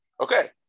Okay